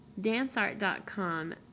danceart.com